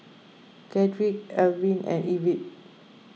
Chadrick Elwyn and Ivette